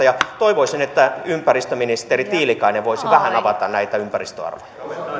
ja toivoisin että ympäristöministeri tiilikainen voisi vähän avata näitä ympäristöarvoja